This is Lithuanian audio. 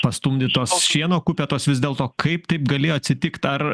pastumdytos šieno kupetos vis dėlto kaip taip galėjo atsitikt ar